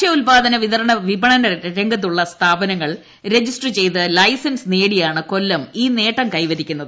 ഭക്ഷ്യ ഉൽപ്പാദന വിതരണ വിപണനരംഗ ത്തുള്ള സ്ഥാപനങ്ങൾ രജിസ്റ്റർ ചെയ്ത് ലൈസൻസ് നേടിയാണ് കൊല്ലം ഈ നേട്ടം കൈവരിക്കുന്നത്